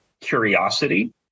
curiosity